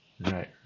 Right